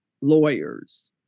lawyers